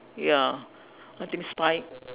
ya I think spy